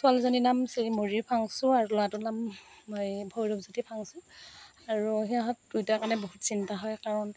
ছোৱালীজনীৰ নাম শ্ৰী ময়ুৰী ফাংচু আৰু ল'ৰাটোৰ নাম এই ভৈৰৱজ্যোতি ফাংচু আৰু সিহঁত দুইটাৰ কাৰণে বহুত চিন্তা হয় কাৰণ